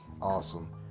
awesome